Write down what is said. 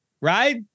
right